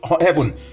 heaven